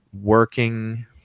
working